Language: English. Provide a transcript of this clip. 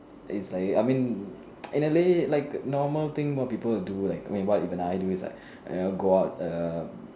is like I mean in a way like normal thing what people will do like I mean what even I do is like and I'll go out um